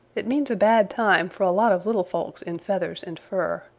it means a bad time for a lot of little folks in feathers and fur.